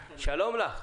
רב,